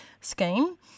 Scheme